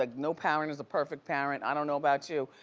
like no parent is a perfect parent, i don't know about you,